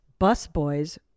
busboys